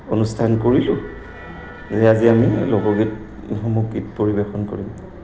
অনুষ্ঠান কৰিলোঁ যে আজি আমি লোকগীতসমূহ গীত পৰিৱেশন কৰিম